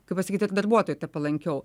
kaip pasakyt ir darbuotojui palankiau